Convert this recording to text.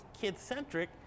kid-centric